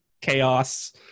chaos